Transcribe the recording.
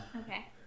Okay